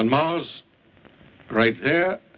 and mars right there,